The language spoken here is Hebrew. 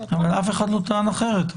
אף אחד לא טען אחרת.